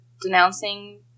denouncing